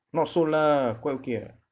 not so lah quite okay ah